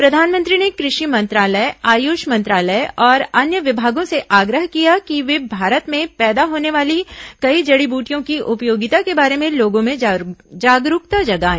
प्रधानमंत्री ने कृषि मंत्रालय आयुष मंत्रालय और अन्य विमागों से आग्रह किया कि वे भारत में पैदा होने वाली कई जड़ी बूटियों की उपयोगिता के बारे में लोगों में जागरूकता जगाएं